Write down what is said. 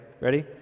Ready